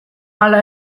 hala